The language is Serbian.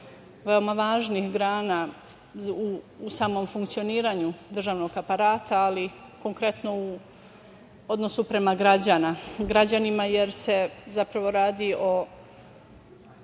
veoma važnih grana u samom funkcionisanju državnog aparata, ali konkretno u odnosu prema građanima, jer se zapravo radi o